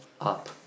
up